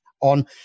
on –